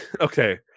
okay